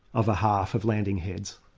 of a half of landing heads.